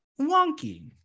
wonky